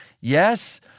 yes